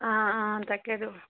অঁ অঁ তাকেতো